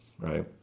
right